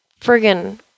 friggin